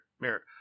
mirror